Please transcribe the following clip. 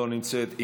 לא נמצאת.